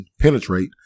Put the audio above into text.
penetrate